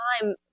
time